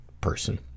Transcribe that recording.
person